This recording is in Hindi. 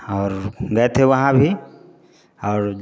और गए थे वहाँ भी और